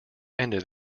ended